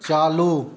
चालू